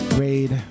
raid